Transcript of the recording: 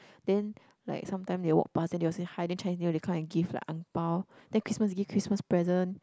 then like sometime they walk past then they will hi then Chinese New Year they come and give like angpao then Christmas to give Christmas present